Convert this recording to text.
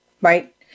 Right